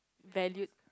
valued